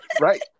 Right